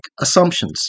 assumptions